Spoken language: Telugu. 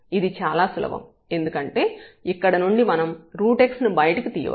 ఇది చాలా సులభం ఎందుకంటే ఇక్కడ నుండి మనం xను బయటకు తీయవచ్చు